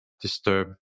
disturb